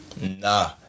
Nah